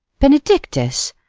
benedictus!